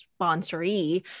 sponsoree